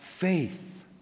Faith